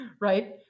right